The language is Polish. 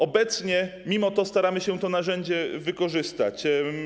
Obecnie mimo to staramy się to narzędzie wykorzystać.